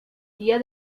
tía